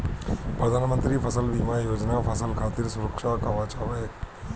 प्रधानमंत्री फसल बीमा योजना फसल खातिर सुरक्षा कवच हवे